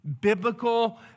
biblical